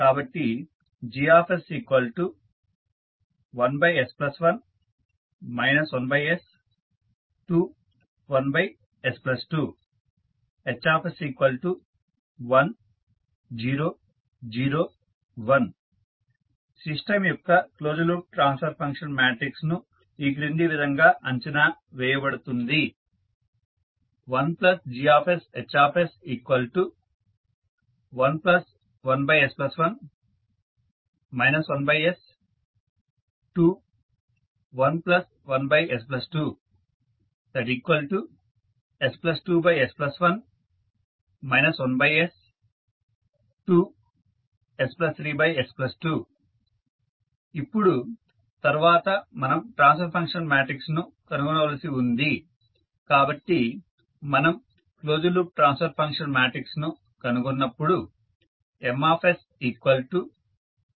కాబట్టి Gs1s1 1s 2 1s2 Hs1 0 0 1 system యొక్క closed loop transfer function matrix ఈ క్రింది విధంగా అంచనా వేయబడుతుంది IGsHs11s1 1s 2 11s2 s2s1 1s 2 s3s2 ఇప్పుడు తర్వాత మనం ట్రాన్స్ఫర్ ఫంక్షన్ మ్యాట్రిక్స్ ను కనుగొనవలసి ఉంది కాబట్టి మనం closed loop transfer function matrix ను కనుగొన్నప్పుడు